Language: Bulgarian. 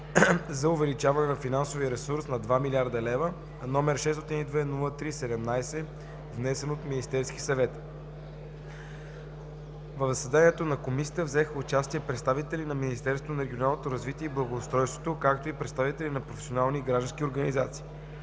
за увеличаване на финансовия ресрус на 2 млрд. лв., № 602-03-17, внесен от Министерския съвет В заседанието на Комисията взеха участие: представители на Министерството на регионалното развитие и благоустройството, както и представители на професионални и граждански организации.